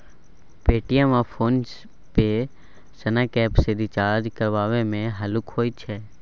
Paytm आ PhonePe सनक app सँ रिचार्ज करबा मे हल्लुक होइ छै